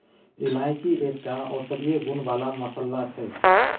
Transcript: इलायची एकटा औषधीय गुण बला मसल्ला छै